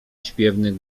śpiewnych